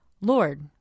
Lord